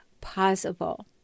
possible